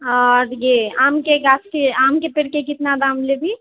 अऽ दगे आमके गाछके आमके पेड़के कितना दाम लेबहि